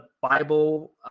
Bible